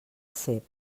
cep